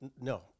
no